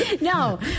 No